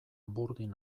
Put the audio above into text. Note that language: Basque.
burdin